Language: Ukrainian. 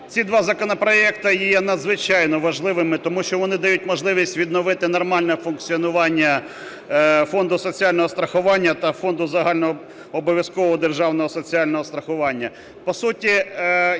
Ці два законопроекти є надзвичайно важливими, тому що вони дають можливість відновити нормальне функціонування Фонду соціального страхування та Фонду загальнообов'язкового державного соціального страхування.